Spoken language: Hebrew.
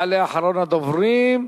יעלה אחרון הדוברים,